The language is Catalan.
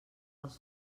els